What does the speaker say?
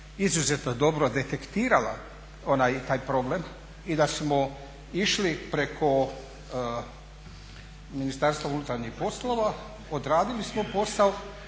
izuzetno dobro detektirala taj problem i da smo išli preko Ministarstva unutarnjih poslova, odradili smo posao,